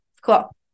cool